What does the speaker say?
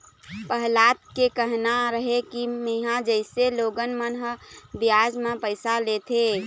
पहलाद के कहना रहय कि मेंहा जइसे लोगन मन ह बियाज म पइसा लेथे,